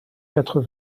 quatre